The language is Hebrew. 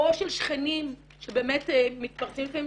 או של שכנים שבאמת מתפרצים לפעמים,